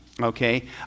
okay